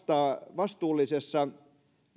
vastuullisessa